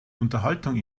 unterhaltung